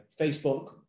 Facebook